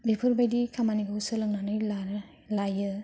बेफोरबायदि खामानिखौ सोलोंनानै लानो लायो